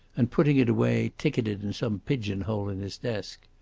and putting it away ticketed in some pigeon-hole in his desk.